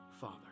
Father